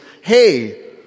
hey